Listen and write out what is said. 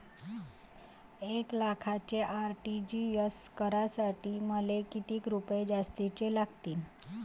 एक लाखाचे आर.टी.जी.एस करासाठी मले कितीक रुपये जास्तीचे लागतीनं?